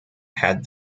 had